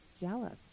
Jealous